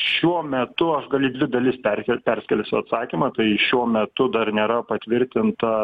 šiuo metu aš galiu į dvi dalis perkel perskelsiu atsakymą tai šiuo metu dar nėra patvirtinta